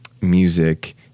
music